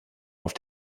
auf